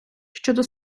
щодо